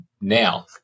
Now